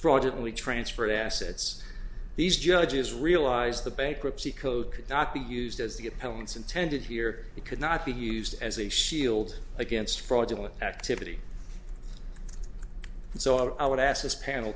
fraudulently transferred assets these judges realized the bankruptcy code could not be used as the appellant's intended here it could not be used as a shield against fraudulent activity so i would ask this panel